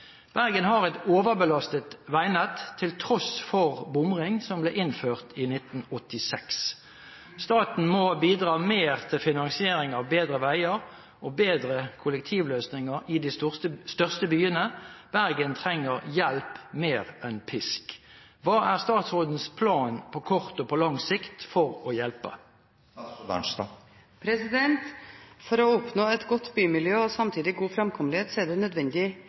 Bergen har et overbelastet veinett til tross for bomring som ble innført i 1986. Staten må bidra mer til finansiering av bedre veier og bedre kollektivløsninger i de største byene. Bergen trenger hjelp mer enn pisk. Hva er statsrådens plan på kort og på lang sikt for å hjelpe?» For å oppnå et godt bymiljø og samtidig god framkommelighet er det nødvendig